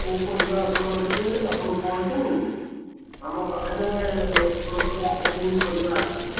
କେଉଁ ପରିବା ଆପଣ ନେବେ ଆପଣ କୁହନ୍ତୁ ଆମ ପାଖରେ ଆଭେଲେବଲ୍ ପରିବା ଅଛି